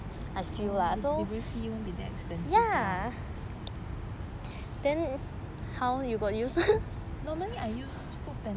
the delivery fee won't be so expensive lah normally I use foodpanda